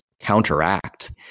counteract